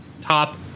top